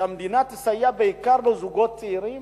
שהמדינה תסייע בעיקר לזוגות צעירים